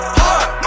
heart